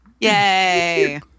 Yay